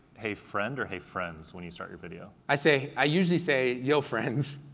hey friend or hey friends when you start your video? i say, i usually say, yo friends.